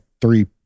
three